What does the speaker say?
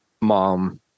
Mom